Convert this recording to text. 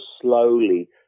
slowly